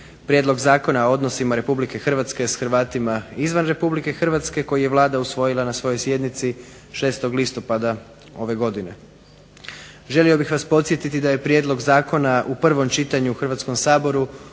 prijedlog Zakona o odnosima Republike Hrvatske s Hrvatima izvan Republike Hrvatske, koji je Vlada usvojila na svojoj sjednici 6. listopada ove godine. Želio bih vas podsjetiti da je prijedlog zakona u prvom čitanju u Hrvatskom saboru